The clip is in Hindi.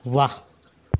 वाह